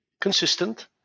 Consistent